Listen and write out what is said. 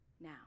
now